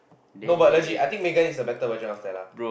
no but legit I think Megan is a better version of Stella